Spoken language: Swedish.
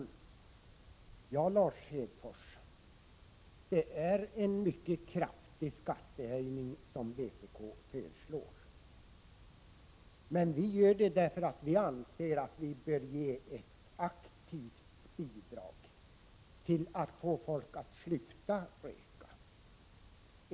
Fru talman! Det är riktigt, Lars Hedfors, att vpk föreslår en mycket kraftig skattehöjning. Men vi gör det därför att vi anser att vi bör ge ett aktivt bidrag till att få folk att sluta röka.